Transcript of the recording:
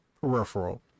peripheral